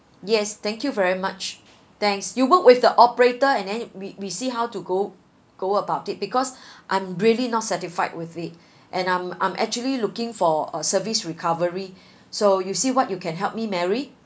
yes thank you very much thanks you work with the operator and then we we see how to go go about it because I'm really not satisfied with it and I'm I'm actually looking for a service recovery so you see what you can help me mary